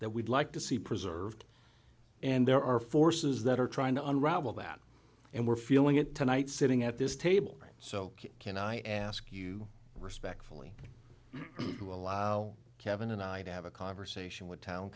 that we'd like to see preserved and there are forces that are trying to unravel that and we're feeling it tonight sitting at this table so can i ask you respectfully to allow kevin and i to have a conversation with town